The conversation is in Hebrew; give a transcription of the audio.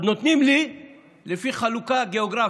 אז נותנים לי לפי חלוקה גיאוגרפית.